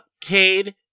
Cade